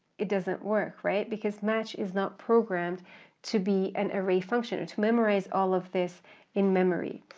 it doesn't work, right? because match is not programmed to be an array function, to memorize all of this in memory.